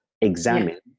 examine